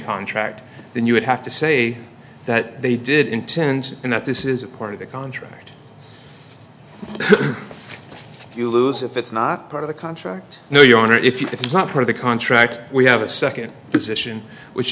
contract then you would have to say that they did intend and that this is a part of the contract you lose if it's not part of the contract no your honor if you it's not part of the contract we have a second position which